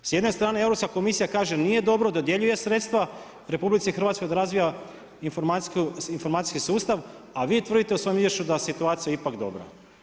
S jedne strane Europska komisija kaže nije dobro, dodjeljuje sredstva RH da razvija informacijski sustav, a vi tvrdite u svojem izvješću da je situacija ipak dobra.